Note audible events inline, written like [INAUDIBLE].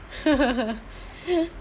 [LAUGHS]